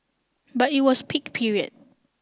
but it was peak period